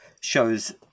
shows